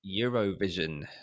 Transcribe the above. Eurovision